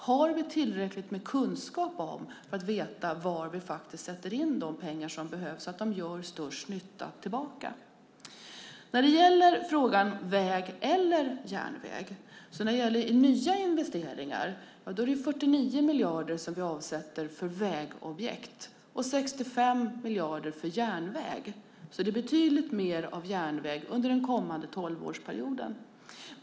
Har vi tillräckligt med kunskap för att veta var vi ska sätta in de pengar som behövs så att de gör störst nytta? När det gäller frågan om väg eller järnväg kan jag säga: När det gäller nya investeringar avsätter vi 49 miljarder för vägobjekt och 65 miljarder för järnväg. Det är alltså betydligt mer av järnväg under den kommande tolvårsperioden.